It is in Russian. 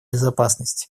безопасности